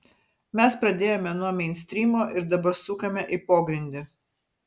mes pradėjome nuo meinstrymo ir dabar sukame į pogrindį